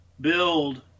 build